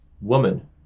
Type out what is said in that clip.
woman